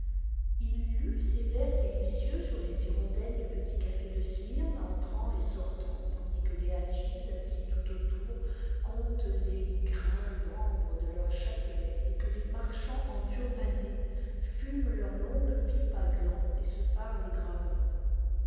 il lut ces vers délicieux sur les hirondelles du petit café de smyrne entrant et sortant tandis que les hadjis assis tout autour comptent les grains d'ambre de leur chapelet et que les marchands enturbannés fument leurs longues pipes à glands et se parlent gravement